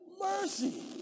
Mercy